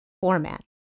format